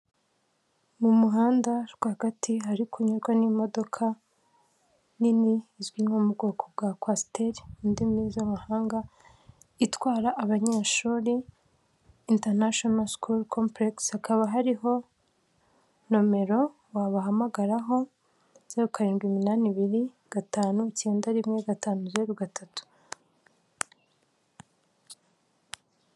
Mu muhanda rwagati hari kunyurwa n'imodoka nini izwi nko mu bwoko bwa kwasteri mu ndimi z'amahanga itwara abanyeshuri international school complex hakaba hariho nomero wabahamagaraho zero, karindwi, iminani ibiri, gatanu icyenda, rimwe, gatanu, zeru, gatatu.